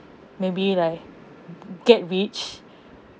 maybe like get rich